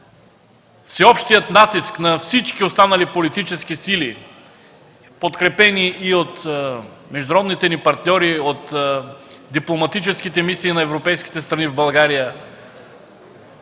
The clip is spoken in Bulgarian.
всеобщия натиск на всички останали политически сили, подкрепени и от международните ни партньори, от дипломатическите мисии на европейските страни в България,